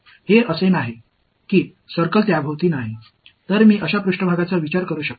இது ஒரு திறந்த மேற்பரப்பு சரிஅதைச் சுற்றி வட்டம் இல்லை